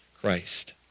Christ